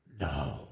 No